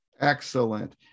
Excellent